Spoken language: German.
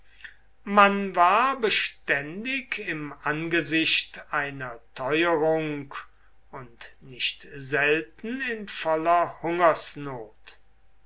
man war beständig im angesicht einer teuerung und nicht selten in voller hungersnot